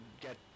get